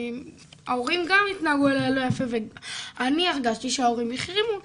ההורים גם התנהגו אליה לא יפה ואני הרגשתי שההורים החרימו אותה,